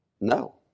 No